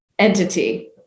entity